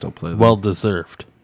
well-deserved